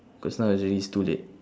cause now it's already it's too late